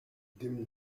dimly